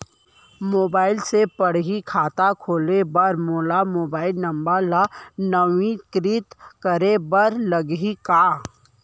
Mobile से पड़ही खाता खोले बर मोला मोबाइल नंबर ल नवीनीकृत करे बर लागही का?